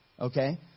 Okay